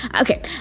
okay